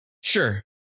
Sure